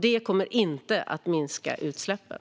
Det kommer inte att minska utsläppen.